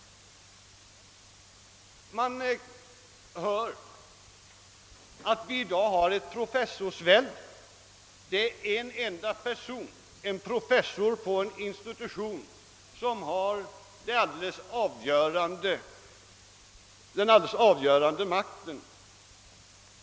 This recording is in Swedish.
Det görs gällande att det i dag förekommer ett professorsvälde. Professorerna skulle ha den helt avgörande makten på institutionerna.